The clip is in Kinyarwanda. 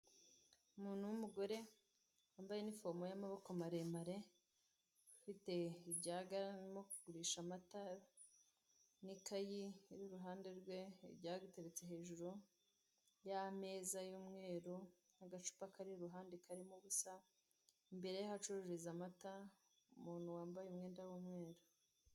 Umuntu w'umugore wambaye iniforomo ya'amaboko maremare afite ijage arimo kugurisha amatara n'ikayi iruhande rwe ryateretse hejuru yameza yumweru nagacupa kariruhande karimo ubusa, imbere yaho acururiza amata umuntu wambaye umwenda w'umweru.